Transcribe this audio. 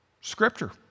Scripture